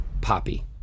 Poppy